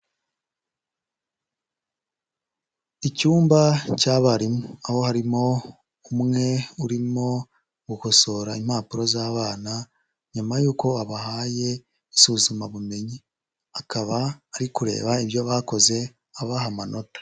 Icyumba cy'abarimu aho harimo umwe urimo gukosora impapuro z'abana nyuma yuko abahaye isuzumabumenyi, akaba ari kureba ibyo bakoze abaha amanota.